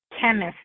chemist